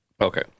Okay